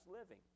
living